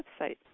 website